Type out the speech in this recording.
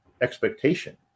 expectation